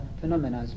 phenomena